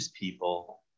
people